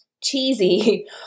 Cheesy